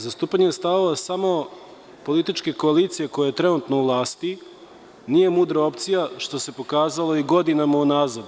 Zastupanje stavova samo političke koalicije koja je trenutno u vlasti nije trenutna opcija što se pokazalo i godinama unazad.